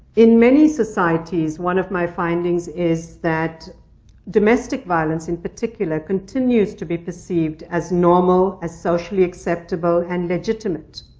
in many societies, one of my findings is that domestic violence, in particular, continues to be perceived as normal, as socially acceptable, and legitimate.